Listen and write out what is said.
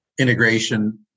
integration